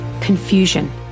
confusion